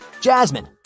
Jasmine